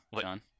John